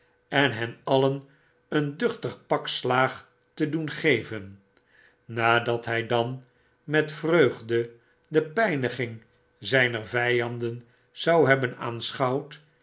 en hen alien een duchtig pak slaag te doen geven nadat hij dan met vreugde de pijniging zijner vijanden zou hebben